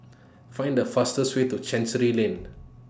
Find The fastest Way to Chancery Lane